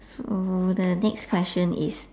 so the next question is